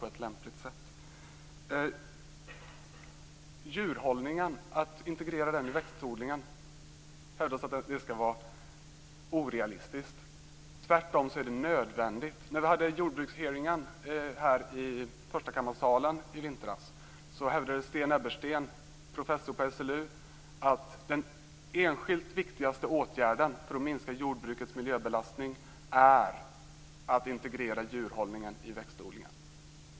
Det hävdas att det är orealistiskt att integrera djurhållningen med växtodlingen. Tvärtom, det är en nödvändighet. När vi i vintras hade vår jordbrukshearing i förstakammarsalen hävdade Sten Ebbersten, professor på SLU, att den enskilt viktigaste åtgärden för att minska jordbrukets miljöbelastning är att djurhållningen integreras i växtodlingen.